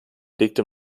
legte